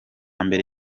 mbere